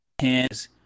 hands